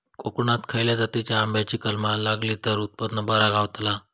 कोकणात खसल्या जातीच्या आंब्याची कलमा लायली तर उत्पन बरा गावताला?